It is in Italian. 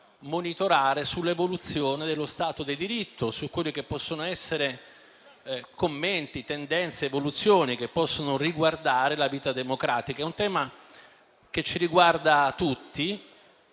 monitorare l'evoluzione dello Stato di diritto, su quelli che possono essere commenti, tendenze, evoluzioni che possono riguardare la vita democratica. È un tema che ci riguarda tutti,